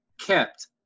kept